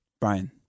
Brian